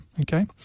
Okay